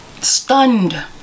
stunned